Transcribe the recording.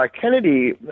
Kennedy